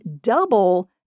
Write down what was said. double